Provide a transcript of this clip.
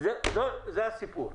זה הסיפור.